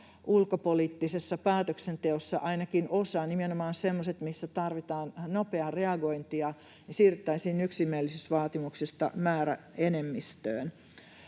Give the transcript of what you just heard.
ulkopoliittisessa päätöksenteossa ainakin osassa, nimenomaan semmoisissa asioissa, missä tarvitaan nopeaa reagointia, siirryttäisiin yksimielisyysvaatimuksesta määräenemmistöön.